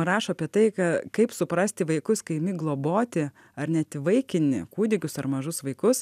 rašo apie tai ka kaip suprasti vaikus kai imi globoti ar net įvaikini kūdikius ar mažus vaikus